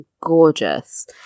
gorgeous